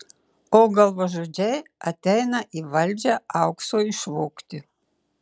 o galvažudžiai ateina į valdžią aukso išvogti